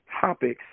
topics